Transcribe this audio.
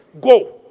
go